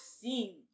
seen